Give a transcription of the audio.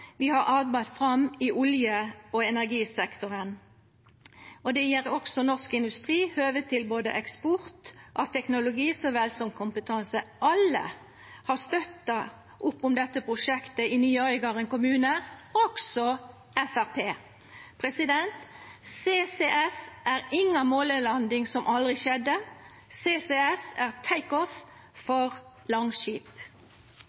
vi har arbeidd fram i olje- og energisektoren, og det gjev også norsk industri høve til eksport av både teknologi så vel som kompetanse. Alle har støtta opp om dette prosjektet i nye Øygarden kommune, også Framstegspartiet. CCS er inga månelanding som aldri skjedde. CCS er takeoff